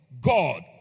God